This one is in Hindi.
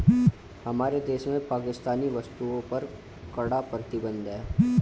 हमारे देश में पाकिस्तानी वस्तुएं पर कड़ा प्रतिबंध हैं